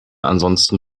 ansonsten